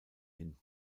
hin